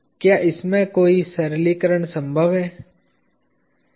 क्या इसमें कोई सरलीकरण संभव है